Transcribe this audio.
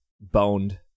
boned